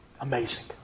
Amazing